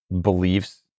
beliefs